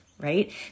right